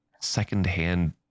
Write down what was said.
secondhand